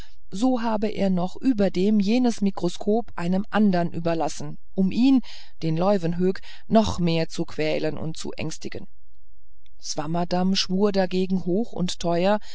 so habe er noch überdem jenes mikroskop einem andern überlassen um ihn den leuwenhoek noch mehr zu quälen und zu ängstigen swammerdamm schwur dagegen hoch und teuer